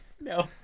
No